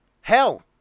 Hell